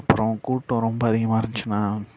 அப்புறோம் கூட்டம் ரொம்ப அதிகமாக இருந்துச்சுனா